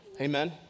Amen